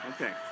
Okay